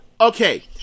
okay